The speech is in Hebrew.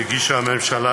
שהגישה הממשלה,